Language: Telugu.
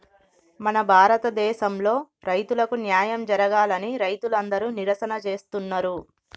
మన భారతదేసంలో రైతులకు న్యాయం జరగాలని రైతులందరు నిరసన చేస్తున్నరు